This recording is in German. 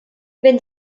wenn